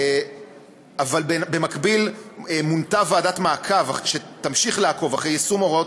אבל במקביל מונתה ועדת מעקב שתמשיך לעקוב אחר יישום הוראות